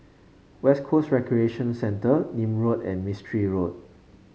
West Coast Recreation Centre Nim Road and Mistri Road